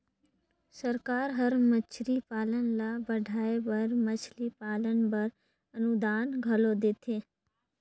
सरकार हर मछरी पालन ल बढ़ाए बर मछरी पालन बर अनुदान घलो देथे